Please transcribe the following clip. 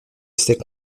essais